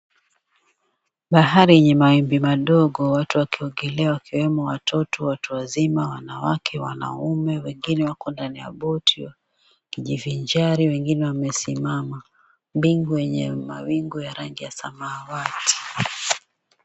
Bahari yenye mwimbi madogo, watu wakiogelea wakiwemo watoto, watu wazima, wanawake, wanaume. Wengine wako ndani ya boti wakijivinjari, wengine wamesimama. Mbingu yenye mawingu ya rangi ya samawati.